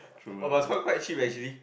but but it's quite quite cheap actually